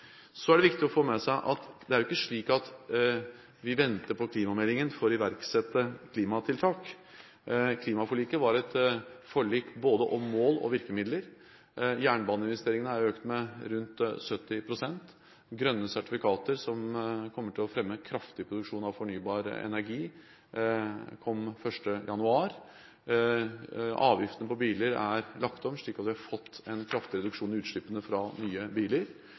Så er det viktig å få med seg at det ikke er slik at vi venter på klimameldingen for å iverksette klimatiltak. Klimaforliket var et forlik om både mål og virkemidler. Jernbaneinvesteringene har økt med rundt 70 pst. Grønne sertifikater, som kommer til å fremme kraftig produksjon av fornybar energi, kom 1. januar i år. Avgiftene på biler er lagt om, slik at vi har fått en kraftig reduksjon i utslippene fra nye biler,